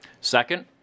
Second